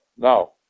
Now